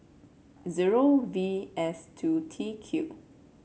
zero V S two T Q